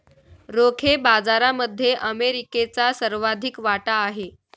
रोखे बाजारामध्ये अमेरिकेचा सर्वाधिक वाटा आहे